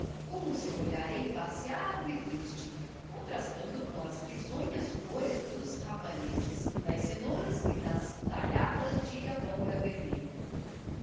com o seu olhar embaciado e triste contrastando com as risonhas cores dos rabanetes das cenouras e das talhadas de abóbora vermelha